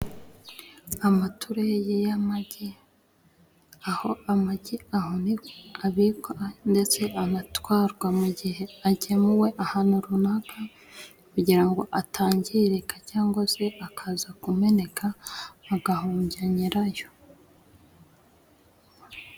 Amatureye y'amagi, aho amagi abikwa ndetse anatwarwa mu gihe agemuwe ahantu runaka, kugira ngo atangirika cyangwa se akaza kumeneka, agahombya nyirayo.